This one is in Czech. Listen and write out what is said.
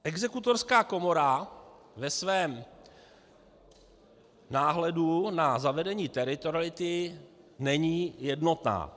Exekutorská komora ve svém náhledu na zavedení teritoriality není jednotná.